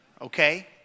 okay